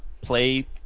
play